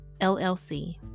LLC